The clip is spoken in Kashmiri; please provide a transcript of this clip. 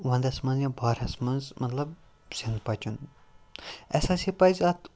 وَندَس منٛز یا بہارَس منٛز مطلب اَسہِ ہے سا پَزِ اَتھ